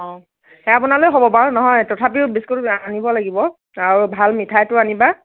অঁ সেয়া বনালেও হ'ব বাৰু নহয় তথাপিও বিস্কুট আনিব লাগিব আৰু ভাল মিঠাইটো আনিবা